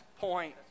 point